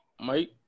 Mike